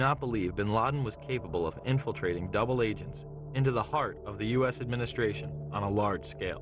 not believe bin laden was capable of infiltrating double agents into the heart of the u s administration on a large scale